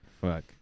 Fuck